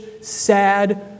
sad